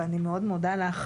ואני מאוד מודה לך,